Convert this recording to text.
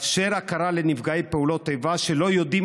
לאפשר הכרה לנפגעי פעולות איבה שלא יודעים